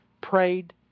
prayed